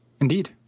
Indeed